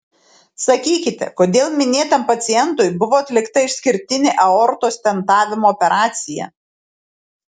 sakykite kodėl minėtam pacientui buvo atlikta išskirtinė aortos stentavimo operacija